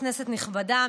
כנסת נכבדה,